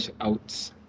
out